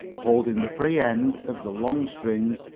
holding the free end of the long string,